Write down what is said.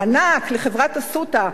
מענק לחברת "אסותא",